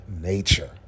nature